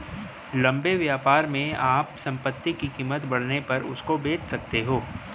लंबे व्यापार में आप संपत्ति की कीमत बढ़ने पर उसको बेच सकते हो